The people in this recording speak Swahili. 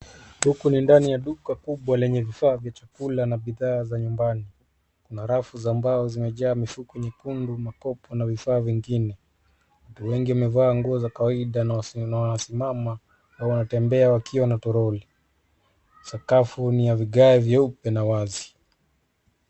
Huku ni ndani ya duka kubwa lenye vifaa vya chakula na bidhaa za nyumbani. Kuna rafu za mbao zimejaa mifuko nyekundu, makopa na vifaa vingine. Watu wengi wamevaa nguo za kawaida na wanasimama na wanatembea wakiwa na toroli. Sakafu ni ya vigae vyeupe na wazi.